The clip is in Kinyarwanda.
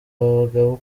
abagabo